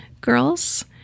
girls